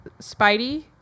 Spidey